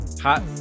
Hot